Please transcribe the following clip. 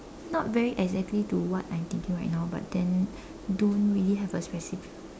not very exactly to what I'm thinking right now but then don't really have a specifi~